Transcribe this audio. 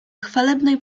chwalebnej